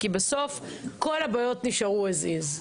כי בסוף כל הבעיות נשארו as is.